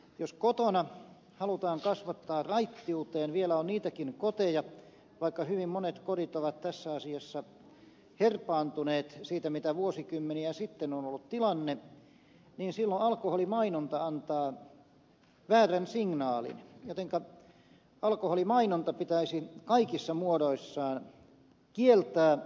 jos kotona halutaan kasvattaa raittiuteen vielä on niitäkin koteja vaikka hyvin monet kodit ovat tässä asiassa herpaantuneet siitä mitä vuosikymmeniä sitten on ollut tilanne niin silloin alkoholimainonta antaa väärän signaalin jotenka alkoholimainonta pitäisi kaikissa muodoissaan kieltää